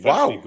Wow